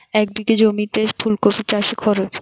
এক বিঘে জমিতে ফুলকপি চাষে খরচ?